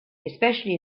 especially